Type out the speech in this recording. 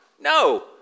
No